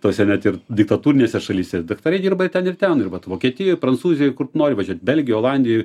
tose net ir diktatūrinėse šalyse daktarai dirba ir ten ir ten ir vat vokietijoj prancūzijoj kur nori važiuot belgijoj olandijoj